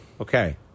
Okay